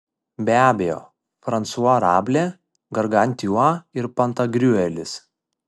be abejo fransua rablė gargantiua ir pantagriuelis